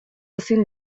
ezin